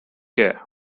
care